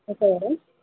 okay